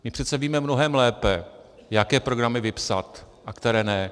My přece víme mnohem lépe, jaké programy vypsat a které ne.